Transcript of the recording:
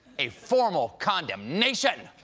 a formal condemn nation!